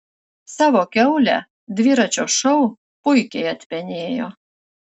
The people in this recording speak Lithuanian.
savo kiaulę dviračio šou puikiai atpenėjo